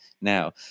now